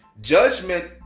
Judgment